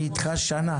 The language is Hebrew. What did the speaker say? אני אתך שנה.